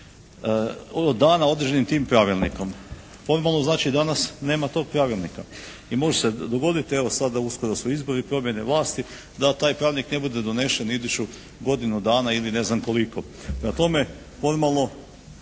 od dana određenim tim pravilnikom. …/Govornik se ne razumije./… znači danas nema tog pravilnika i može se dogoditi, evo sada uskoro su izbori, promjene vlasti, da taj pravilnik ne bude donesen iduću godinu dana ili ne znam koliko. Prema tome, formalno